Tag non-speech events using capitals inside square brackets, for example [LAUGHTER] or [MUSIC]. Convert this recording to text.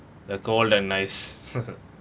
the cold and nice [LAUGHS]